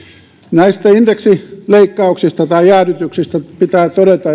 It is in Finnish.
näistä indeksileikkauksista tai jäädytyksistä pitää todeta